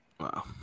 Wow